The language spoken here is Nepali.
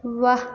वाह